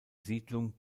siedlung